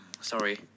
Sorry